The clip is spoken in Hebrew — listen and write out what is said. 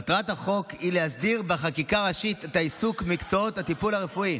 מטרת החוק היא להסדיר בחקיקה ראשית את העיסוק במקצועות הטיפול הרפואי,